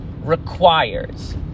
requires